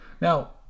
Now